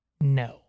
no